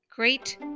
Great